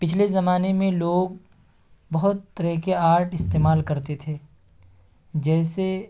پچھلے زمانے میں لوگ بہت طرح کے آرٹ استعمال کرتے تھے جیسے